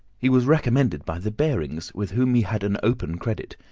he was recommended by the barings, with whom he had an open credit.